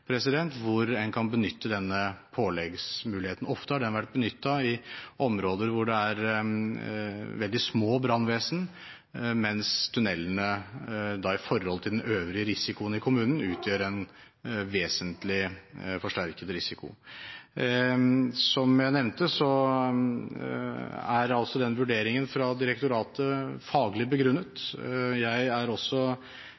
en kan benytte denne påleggsmuligheten. Ofte har den vært benyttet i områder hvor det er veldig små brannvesen, mens tunnelene i forhold til den øvrige risikoen i kommunen utgjør en vesentlig forsterket risiko. Som jeg nevnte, er altså vurderingen fra direktoratet faglig begrunnet.